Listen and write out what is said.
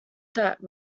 that